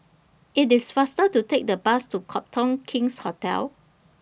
IT IS faster to Take The Bus to Copthorne King's Hotel